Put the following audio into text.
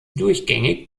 durchgängig